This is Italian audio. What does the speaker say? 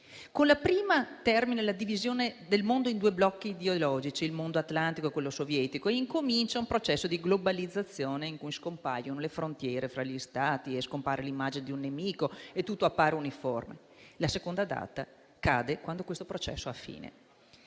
Con la prima termina la divisione del mondo in due blocchi ideologici, il mondo atlantico e quello sovietico, e incomincia un processo di globalizzazione in cui scompaiono le frontiere tra gli Stati, scompare l'immagine di un nemico e tutto appare uniforme. La seconda data cade quando questo processo ha fine.